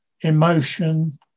emotion